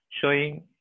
showing